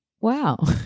Wow